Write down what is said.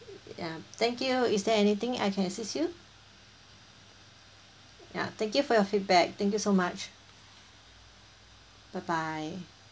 yeah thank you is there anything I can assist you ya thank you for your feedback thank you so much bye bye